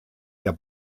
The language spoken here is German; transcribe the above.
der